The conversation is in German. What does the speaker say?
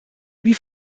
wie